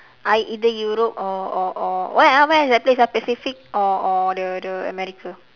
I either europe or or or where ah where is that place pacific or or the the america